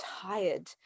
tired